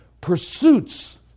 pursuits